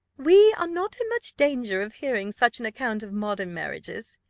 we are not in much danger of hearing such an account of modern marriages,